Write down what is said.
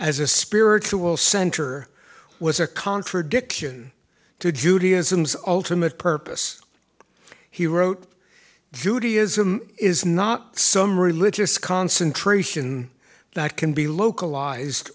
as a spiritual center was a contradiction to judaism's ultimate purpose he wrote judaism is not some religious concentration that can be localized